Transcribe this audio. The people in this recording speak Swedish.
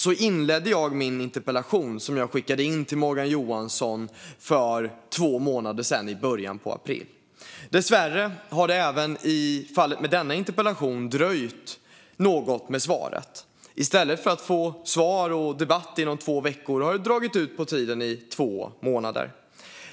Så inledde jag min interpellation som jag skickade in till Morgan Johansson för två månader sedan, i början av april. Dessvärre har alltså svaret även på denna interpellation dröjt något. I stället för att få svar och debatt inom två veckor har det dragit ut på tiden i två månader.